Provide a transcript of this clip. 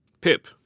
Pip